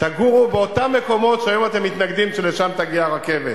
תגורו באותם מקומות שהיום אתם מתנגדים שלשם תגיע הרכבת,